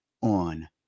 on